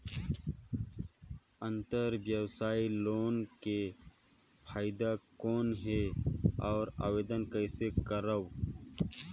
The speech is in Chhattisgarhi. अंतरव्यवसायी लोन के फाइदा कौन हे? अउ आवेदन कइसे करव?